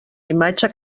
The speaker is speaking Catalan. imatge